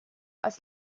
als